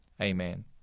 Amen